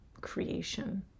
creation